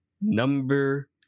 Number